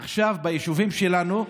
עכשיו ביישובים שלנו.